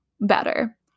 better